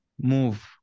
move